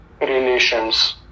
relations